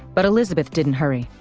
but elizabeth didn't hurry,